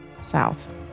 south